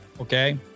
okay